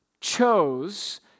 chose